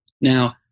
Now